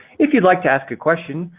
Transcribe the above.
if you'd like to ask a question,